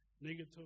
negative